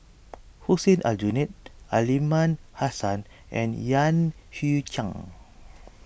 Hussein Aljunied Aliman Hassan and Yan Hui Chang